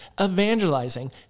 evangelizing